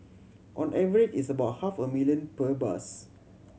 on average it's about half a million per bus